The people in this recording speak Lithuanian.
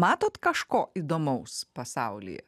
matot kažko įdomaus pasaulyje